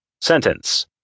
Sentence